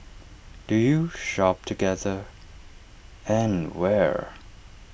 do you shop together and where